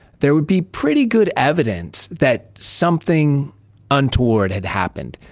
there would be pretty good evidence that something untoward had happened.